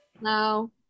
No